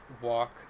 walk